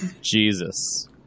Jesus